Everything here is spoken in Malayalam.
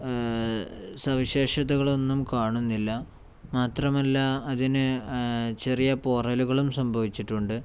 സവിശേഷതകളൊന്നും കാണുന്നില്ല മാത്രമല്ല അതിന് ചെറിയ പോറലുകളും സംഭവിച്ചിട്ടുണ്ട്